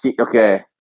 okay